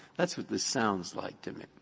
that's what this sounds like to me.